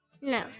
No